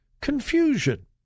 confusion